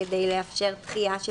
כדי לאפשר דחייה של